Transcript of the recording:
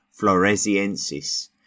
floresiensis